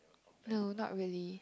no not really